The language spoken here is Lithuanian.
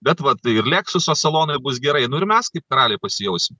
bet vat ir leksuso salonui bus gerai nu ir mes kaip karaliai pasijausim